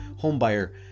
homebuyer